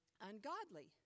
Ungodly